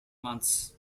months